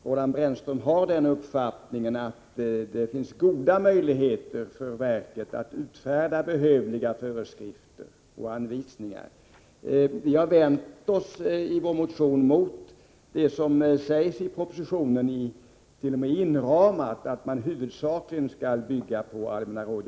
Roland Brännström har tydligen den uppfattningen att det finns goda möjligheter för verket att utfärda behövliga föreskrifter och anvisningar. I vår motion har vi vänt oss emot det som sägs i propositionen, t.o.m. inramat, att man huvudsakligen skall bygga på allmänna råd.